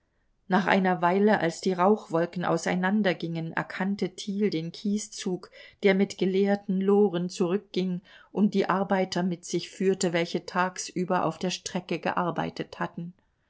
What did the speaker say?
nach einer weile als die rauchwolken auseinandergingen erkannte thiel den kieszug der mit geleerten loren zurückging und die arbeiter mit sich führte welche tagsüber auf der strecke gearbeitet hatten